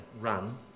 run